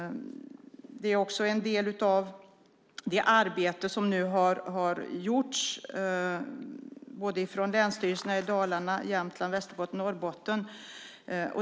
Det är också en del av det arbete som har gjorts från länsstyrelserna i Dalarna, Jämtland, Västerbotten och Norrbotten.